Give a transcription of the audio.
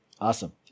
Awesome